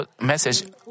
message